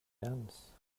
dance